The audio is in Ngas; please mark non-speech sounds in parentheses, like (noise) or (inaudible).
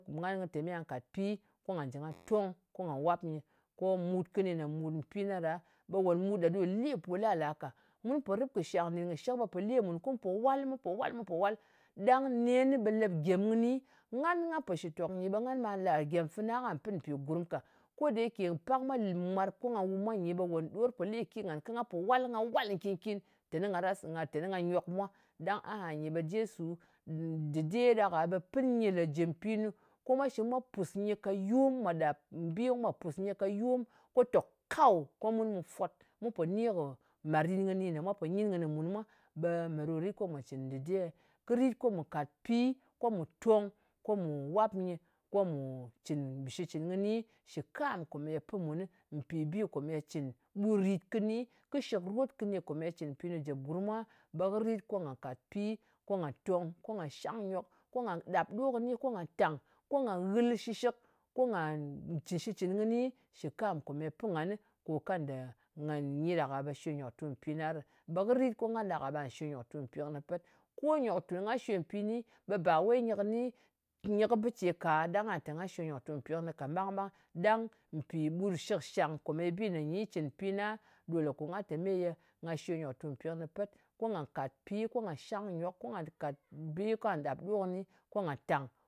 Mɨ na ɓa tè me ye nga kat pi ko nga jɨ nga tòng ko nga wap nyɨ. Ko mut kɨni nè mut mpi na ɗa, ɓe won mut ɗa ɗo lepo la-la ka. Mun pò rɨp kɨ shàk nɗin kɨ shɨk ɓe pò le mùn, kum po wal, mu po wal. Ɗang nen lep gyem kɨni. Ngan nga po shitok nyi, ɓe ngan ɓa la gem fana kà pɨn mpì gurm ka. Ko de ye ke pak mwa mwarp, ko nga wum mwa nyi ɓe ɗor po leke ngan, ko nga po wal. Nga wal nkin-kin teni nga rasa, teni nga nyok mwa. Ɗang ahanyi ɓe jesu, dɨde ɗak-a ɓe pɨn nyɨ le jɨ mpi-nu. Ko mwa shɨm mwa pus nyɨ ka yom. Mwa ɗap bi ko mwa pùs nyɨ ka yom, ko tòk kaw, ko mun mu fwot. Mun pò ni kɨ marin kɨni nè mwa pò nyin kɨnɨ mun mwa. Ɓe me ɗo rit ko mù cɨn dɨde? Kɨ rit ko mu kàtpi, ko mù tong, ko mu wap nyɨ, ko mù cɨn shitcɨn kɨni shɨ kam kò ye pɨn mùn, mpì bi kòmeye cɨn. Ɓùtrìt kɨni, kɨ shɨkrot kɨni komeye cɨn mpinu jèp gurm mwa, ɓe kɨ rit ko nga kàt pi, ko nga tong, ko nga shang nyok, ko nga ɗàp ɗo kɨni ko nga tàng, ko nga ghɨl shɨshɨk. Ko nga cɨn shitcɨn kɨni shɨ kam kòmeye pɨn ngan nɨ, ko kanda nga (unintelligible) ɗak a ɓe shwe nyoktu mpina ɗɨ. Ɓe kɨ rit ko ngan ɗak-a ɓe ngà shwe nyoktu mpi kɨnɨ pet. Ko nyoktu nga shwe mpi kɨni, ɓe ba wei nyɨ kɨni nyɨ kɨ bɨ ce ka ɗang kà te nga shwe nyoktu mpi kɨnɨ ka ka mang ɓang. (unintelligible) Ɗang mpi ɓut shɨkshang komeye bi ye nyi cɨn mpi na ɗo lè kò nga tè meye nga shwe nyòktu mpì kɨnɨ pet. Ko ngà kàt pi, ko nga shangnyok, ko ngà kat bi ko nga ɗàp ɗo kɨni, ko ngà tàng.